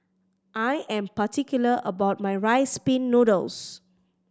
I am particular about my Rice Pin Noodles